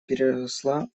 переросла